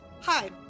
Hi